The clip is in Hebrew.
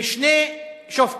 בשני שופטים,